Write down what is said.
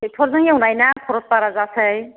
टेक्टरजों एवनाय ना खरस बारा जासै